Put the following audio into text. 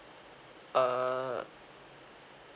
err